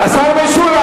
השר משולם,